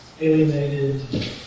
alienated